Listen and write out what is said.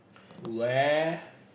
where